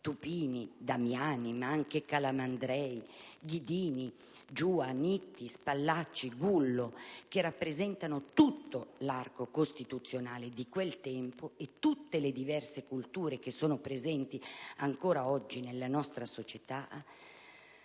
Tupini, Damiani, Calamandrei, Ghidini, Giua, Nitti, Spallacci, Gullo, che rappresentano tutto l'arco costituzionale di quel tempo e tutte le diverse culture presenti ancora oggi nella nostra società,